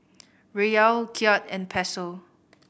Riyal Kyat and Peso